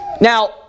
Now